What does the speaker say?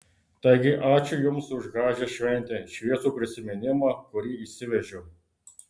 taigi ačiū jums už gražią šventę šviesų prisiminimą kurį išsivežiau